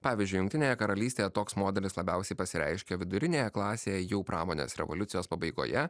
pavyzdžiui jungtinėje karalystėje toks modelis labiausiai pasireiškė vidurinėje klasėje jau pramonės revoliucijos pabaigoje